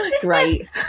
great